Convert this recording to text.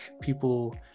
people